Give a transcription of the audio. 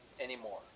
anymore